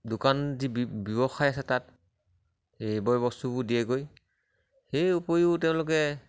দোকান যি ব্যৱসায় আছে তাত এই বয় বস্তুবোৰ দিয়েগৈ সেই উপৰিও তেওঁলোকে